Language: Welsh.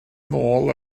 nôl